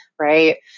right